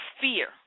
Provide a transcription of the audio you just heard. fear